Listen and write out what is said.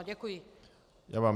Děkuji vám.